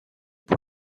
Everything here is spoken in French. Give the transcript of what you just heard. pour